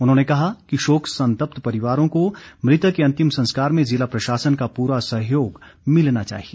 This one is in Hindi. उन्होंने कहा कि शोक संतप्त परिवारों को मृतक के अंतिम संस्कार में जिला प्रशासन का पूरा सहयोग मिलना चाहिए